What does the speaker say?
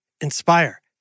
Inspire